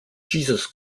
jesus